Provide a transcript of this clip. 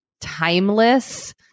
timeless